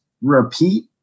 repeat